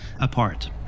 apart